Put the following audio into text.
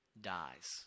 dies